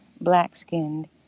black-skinned